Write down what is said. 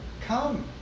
come